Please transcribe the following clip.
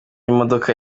imodoka